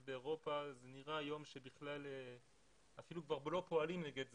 היום באירופה נראה שאפילו כבר לא פועלים נגד זה.